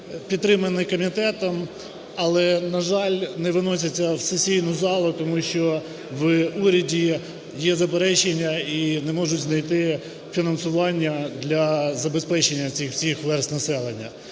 підтримані комітетом, але, на жаль, не виносяться в сесійну залу, тому що в уряді є заперечення і не можуть знайти фінансування для забезпечення цих всіх верств населення.